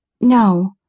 No